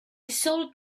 sold